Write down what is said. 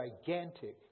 gigantic